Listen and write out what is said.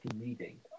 reading